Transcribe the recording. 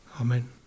Amen